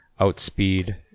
outspeed